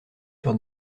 sur